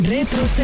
Retro